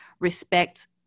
respect